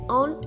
on